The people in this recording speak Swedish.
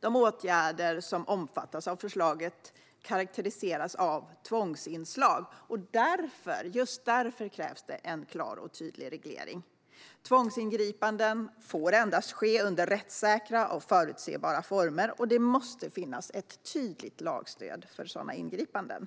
De åtgärder som omfattas av förslaget karakteriseras av tvångsinslag, och just därför behövs en klar och tydlig reglering. Tvångsingripanden får endast ske under rättssäkra och förutsebara former, och det måste finnas ett tydligt lagstöd för sådana ingripanden.